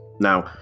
Now